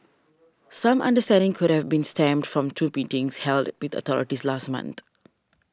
some understanding could have been stemmed from two meetings held with the authorities last month